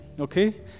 okay